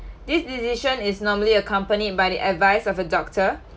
this decision is normally accompanied by the advice of a doctor